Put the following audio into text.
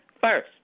first